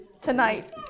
Tonight